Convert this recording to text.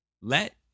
Let